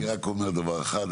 אני רק אומר דבר אחד.